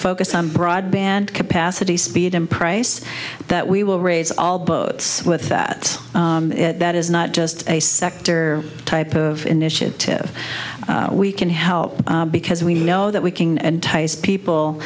focus on broadband capacity speed and price that we will raise all boats with that that is not just a sector type of initiative we can help because we know that we can and people